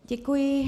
Děkuji.